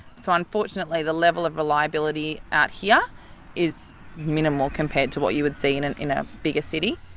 so unfortunately the level of reliability out here is minimal compared to what you would see in and in a bigger city.